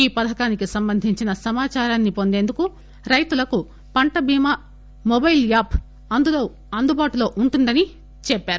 ఈ పథకానికి సంబంధించిన సమాచారాన్ని పొందేందుకు రైతులకు పంట బీమా మొబైల్ యాప్ అందుబాటులో వుందని చెప్పారు